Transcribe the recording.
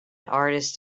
artist